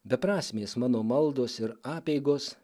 beprasmės mano maldos ir apeigos